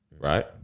right